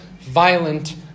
violent